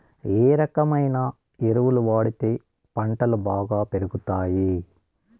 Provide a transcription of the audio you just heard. ఏ రకమైన ఎరువులు వాడితే పంటలు బాగా పెరుగుతాయి?